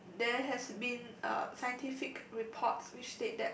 there has been uh scientific reports which said that